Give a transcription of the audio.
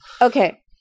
Okay